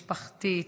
משפחתית,